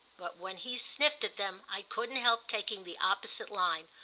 but when he sniffed at them i couldn't help taking the opposite line,